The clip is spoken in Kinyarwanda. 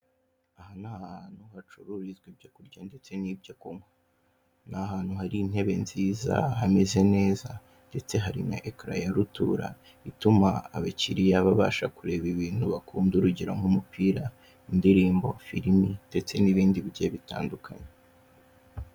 Aha ni ahantu hacururizwa ibyo kurya ndetse n'ibyo kunywa. Ni ahantu hari intebe nziza hameze neza, ndetse hari na ekara yarutura ituma abakiriya babasha kureba ibintu bakunda urugero nk'umupira, indirimbo, filimi, ndetse n'ibindi bigiye bitandukanye.